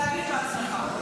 תגיד בעצמך.